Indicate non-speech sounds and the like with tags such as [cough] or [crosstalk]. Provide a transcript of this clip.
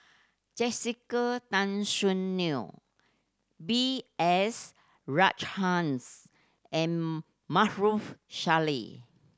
Jessica Tan Soon Neo B S Rajhans and [unintelligible] Salleh